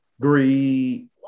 Greed